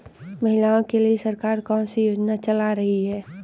महिलाओं के लिए सरकार कौन सी योजनाएं चला रही है?